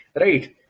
right